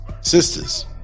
Sisters